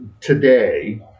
today